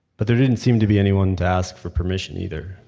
but there didn't seem to be anyone to ask for permission either.